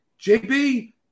JB